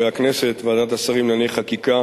ועדת השרים לענייני חקיקה